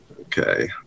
Okay